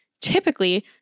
Typically